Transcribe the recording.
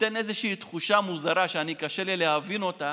נותן תחושה מוזרה שקשה לי להבין אותה,